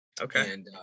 Okay